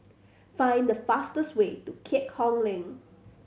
find the fastest way to Keat Hong Link